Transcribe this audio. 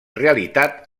realitat